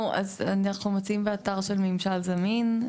אנחנו מציעים באתר של ממשל זמין,